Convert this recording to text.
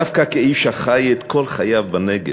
דווקא כאיש החי את כל חייו בנגב,